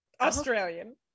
Australian